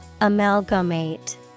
Amalgamate